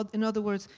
but in other words,